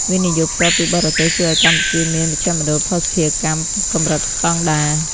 វិនិយោគផ្ទាល់ពីបរទេស ជួយឱ្យកម្ពុជាមាន "មជ្ឈមណ្ឌលភស្តុភារកម្ម"កម្រិតស្តង់ដារ។